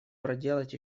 проделать